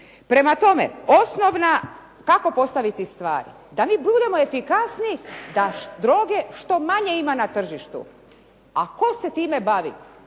Prema tome, kako postaviti stvar? Da mi budemo efikasniji, da droge što manje ima na tržištu, a tko se time bavi?